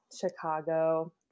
Chicago